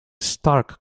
stark